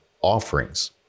offerings